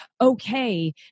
okay